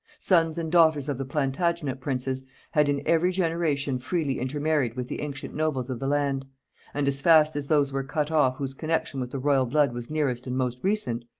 sons and daughters of the plantagenet princes had in every generation freely intermarried with the ancient nobles of the land and as fast as those were cut off whose connection with the royal blood was nearest and most recent,